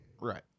Right